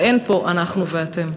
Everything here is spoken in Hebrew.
ואין פה אנחנו ואתם.